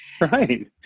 right